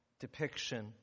depiction